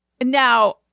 Now